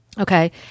Okay